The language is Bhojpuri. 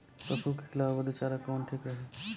पशु के खिलावे बदे चारा कवन ठीक रही?